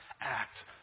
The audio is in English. act